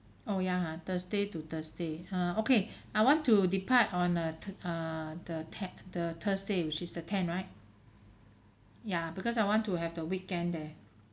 oh ya ha thursday to thursday ah okay I want to depart on uh th~ err the te~ the thursday which is the ten right ya because I want to have the weekend there